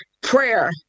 Prayer